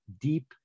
deep